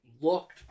looked